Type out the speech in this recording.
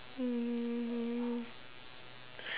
um